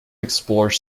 explore